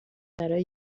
برای